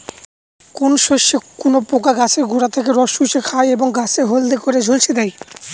কোন শস্যে কোন পোকা গাছের গোড়া থেকে রস চুষে খায় এবং গাছ হলদে করে ঝলসে দেয়?